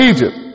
Egypt